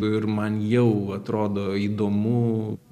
ir man jau atrodo įdomu